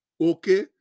Okay